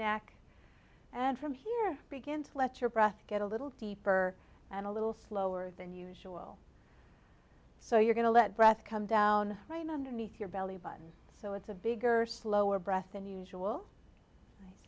neck and from here begin to let your breath get a little deeper and a little slower than usual so you're going to let breath come down right underneath your belly button so it's a bigger slower breast than usual